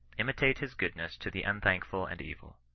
imitate his goodness to the unthankful and evil.